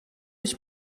ich